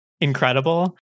incredible